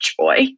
joy